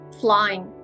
flying